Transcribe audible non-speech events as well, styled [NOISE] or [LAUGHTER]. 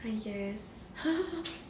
I guess [LAUGHS]